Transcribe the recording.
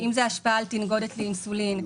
אם זה השפעה על תנגודת לאינסולין,